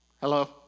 Hello